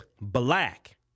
black